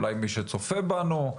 אולי מי שצופה בנו,